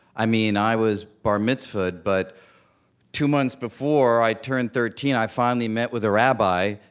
i mean, i was bar mitzvah'd, but two months before i turned thirteen, i finally met with a rabbi,